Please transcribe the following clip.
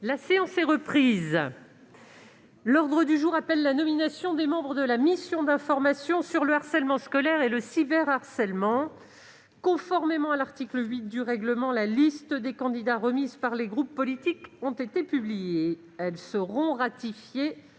La séance est reprise. L'ordre du jour appelle la nomination des membres de la mission d'information sur le harcèlement scolaire et le cyberharcèlement. Conformément à l'article 8 du règlement, les listes des candidats remises par les groupes politiques ont été publiées. Elles seront ratifiées